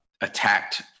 attacked